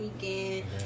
weekend